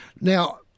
now